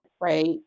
right